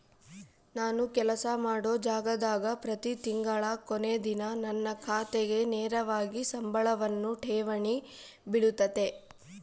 ನಾನು ಕೆಲಸ ಮಾಡೊ ಜಾಗದಾಗ ಪ್ರತಿ ತಿಂಗಳ ಕೊನೆ ದಿನ ನನ್ನ ಖಾತೆಗೆ ನೇರವಾಗಿ ಸಂಬಳವನ್ನು ಠೇವಣಿ ಬಿಳುತತೆ